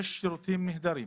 יש שירותים נהדרים,